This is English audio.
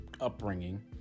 upbringing